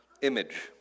image